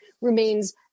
remains